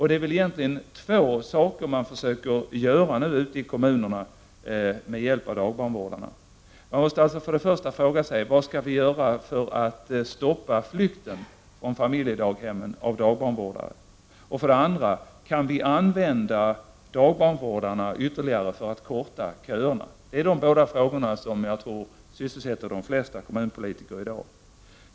De två frågor som i dag sysselsätter politikerna ute i kommunerna när det gäller dagbarnvårdarna är för det första vad man skall göra för att stoppa flykten av dagbarnvårdare från familjedaghemmen och för det andra om man kan använda dagbarnvårdarna ytterligare för att förkorta köerna.